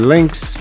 links